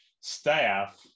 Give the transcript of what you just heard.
staff